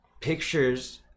pictures